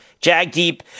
Jagdeep